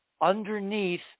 underneath